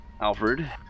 Alfred